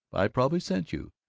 i probably sent you!